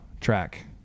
track